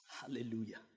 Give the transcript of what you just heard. Hallelujah